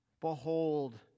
Behold